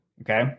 okay